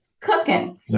cooking